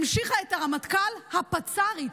המשיכה את הרמטכ"ל הפצ"רית.